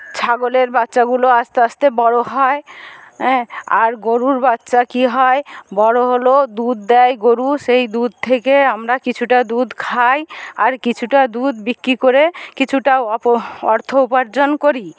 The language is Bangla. ছাগলের বাচ্চাগুলো আস্তে আস্তে বড়ো হয় হ্যাঁ আর গরুর বাচ্চা কি হয় বড়ো হল দুধ দেয় গরু সেই দুধ থেকে আমরা কিছুটা দুধ খাই আর কিছুটা দুধ বিক্রি করে কিছুটা অপ অর্থ উপার্জন করি